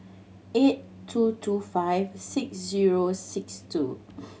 eight two two five six zero six two